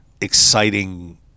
exciting